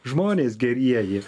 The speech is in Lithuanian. žmonės gerieji